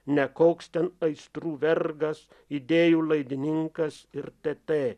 ne koks ten aistrų vergas idėjų laidininkas ir tė tė